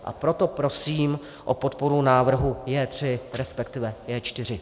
A proto prosím o podporu návrhu J3, resp. J4.